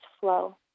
flow